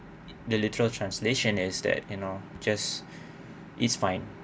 the literal translation as that you know just it's fine